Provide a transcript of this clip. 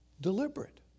Deliberate